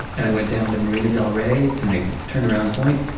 and i went down to marina del rey, to my turnaround point,